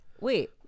Wait